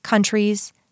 countries